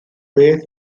beth